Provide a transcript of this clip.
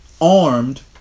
armed